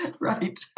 Right